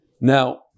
Now